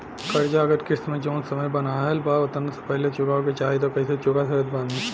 कर्जा अगर किश्त मे जऊन समय बनहाएल बा ओतना से पहिले चुकावे के चाहीं त कइसे चुका सकत बानी?